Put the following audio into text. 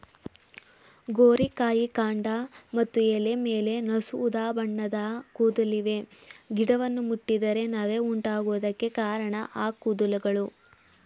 ಗೋರಿಕಾಯಿ ಕಾಂಡ ಮತ್ತು ಎಲೆ ಮೇಲೆ ನಸು ಉದಾಬಣ್ಣದ ಕೂದಲಿವೆ ಗಿಡವನ್ನು ಮುಟ್ಟಿದರೆ ನವೆ ಉಂಟಾಗುವುದಕ್ಕೆ ಕಾರಣ ಈ ಕೂದಲುಗಳು